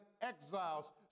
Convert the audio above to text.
exiles